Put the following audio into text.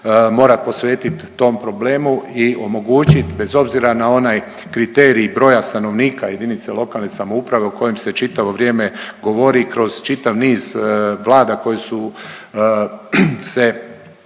morat posvetit tom problemu i omogućit bez obzira na onaj kriterij broja stanovnika jedinice lokalne samouprave o kojem se čitavo vrijeme govori kroz čitav niz vlada koje su se